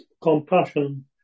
compassion